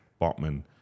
Botman